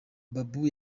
babu